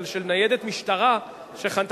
אבל של ניידת משטרה שחנתה,